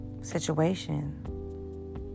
situation